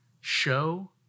Show